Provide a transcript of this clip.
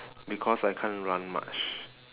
because I can't run much